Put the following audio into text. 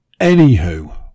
anywho